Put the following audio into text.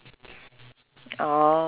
fitness and sports